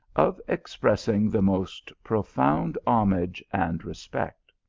of expressing the most profound homage and respect.